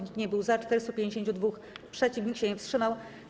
Nikt nie był za, 452 - przeciw, nikt się nie wstrzymał.